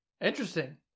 Interesting